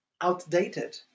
outdated